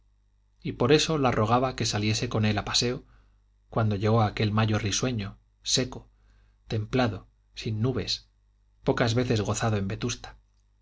y por eso la rogaba que saliese con él a paseo cuando llegó aquel mayo risueño seco templado sin nubes pocas veces gozado en